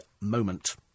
moment